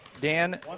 Dan